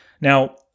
Now